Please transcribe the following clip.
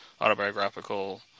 autobiographical